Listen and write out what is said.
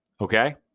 Okay